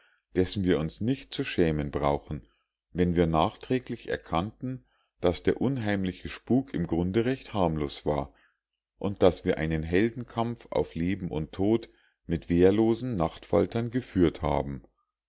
dessen wir uns nicht zu schämen brauchen wenn wir nachträglich erkannten daß der unheimliche spuck im grunde recht harmlos war und daß wir einen heldenkampf auf leben und tod mit wehrlosen nachtfaltern geführt haben